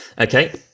Okay